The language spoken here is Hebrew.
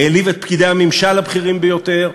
העליב את פקידי הממשל הבכירים ביותר,